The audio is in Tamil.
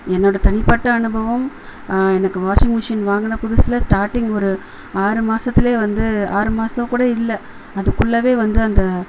என்னோடய தனிப்பட்ட அனுபவம் எனக்கு வாஷிங் மிஷின் வாங்கின புதுசில் ஸ்டார்ட்டிங் ஒரு ஆறு மாதத்துலேயே வந்து ஆறு மாதக்கூட இல்லை அதுக்குள்ளவே வந்து அந்த